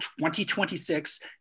2026